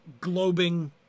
globing